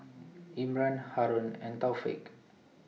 Imran Haron and Taufik